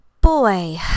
boy